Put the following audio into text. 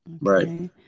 Right